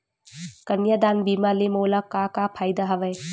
कन्यादान बीमा ले मोला का का फ़ायदा हवय?